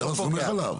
אתה לא סומך עליו?